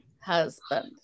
husband